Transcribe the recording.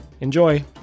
Enjoy